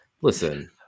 listen